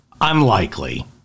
Unlikely